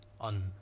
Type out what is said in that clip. on